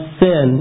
sin